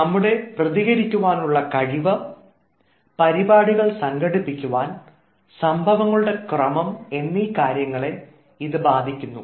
നമ്മുടെ പ്രതികരിക്കുവാനുള്ള കഴിവ് പരിപാടികൾ സംഘടിപ്പിക്കുവാൻ സംഭവങ്ങളുടെ ക്രമം എന്നീ കാര്യങ്ങളെ ഇത് ബാധിക്കുന്നു